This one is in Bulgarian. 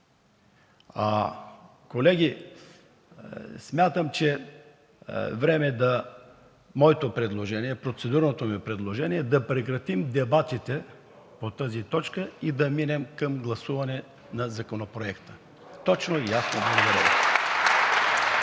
Колеги, смятам, че е време моето предложение, процедурното ми предложение е да прекратим дебатите по тази точка и да минем към гласуване на Законопроекта – точно и ясно. Благодаря